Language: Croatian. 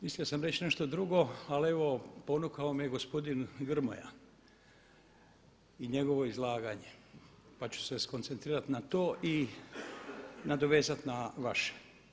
Mislio sam reći nešto drugo ali evo ponukao me gospodin Grmoja i njegovo izlaganje pa ću se skoncentrirati na to i nadovezati na vaše.